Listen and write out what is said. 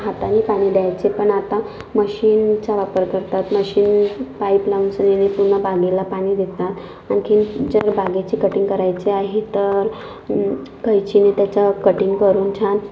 हातानी पाणी द्यायचे पण आता मशीनचा वापर करतात मशीन पाईप लावून पूर्ण बागेला पाणी देतात आणखी ज्याला बागेची कटींग करायची आहे तर कैचीने त्याच्या कटींग करून छान